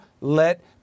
let